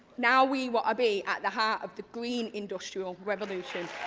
now we will be at the heart of the green industrial revolution.